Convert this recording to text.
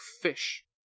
fish